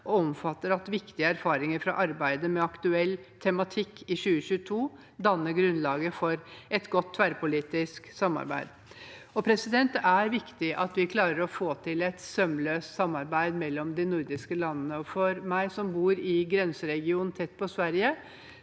og de viktige erfaringene fra arbeidet med aktuell tematikk i 2022 danner grunnlag for et godt tverrpolitisk samarbeid. Det er viktig at vi klarer å få til et sømløst samarbeid mellom de nordiske landene. Jeg, som bor i en grenseregion tett på Sverige,